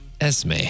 Esme